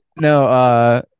no